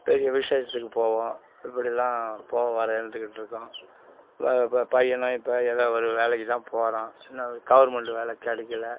பெரிய விசேஷத்துக்கு போவோம் இப்படிலாம் போக வர இருந்துக்கிட்டுருக்கோம் இப்போ பையனும் இப்போ ஏதோ ஒரு வேலைக்கு தான் போகிறான் இன்னும் கவுர்மெண்ட்டு வேலை கிடைக்கல